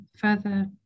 further